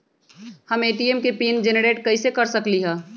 हम ए.टी.एम के pin generate कईसे कर सकली ह?